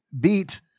beat